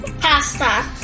Pasta